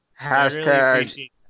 Hashtag